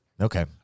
Okay